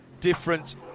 different